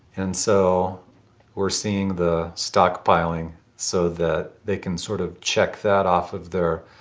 and so we're seeing the stockpiling so that they can sort of check that off of their